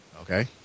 Okay